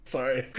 Sorry